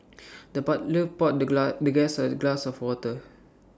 the butler poured the glass the guest at A glass of water